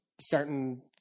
starting